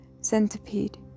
centipede